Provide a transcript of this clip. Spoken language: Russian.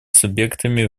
субъектами